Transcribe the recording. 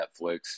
Netflix